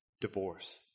divorce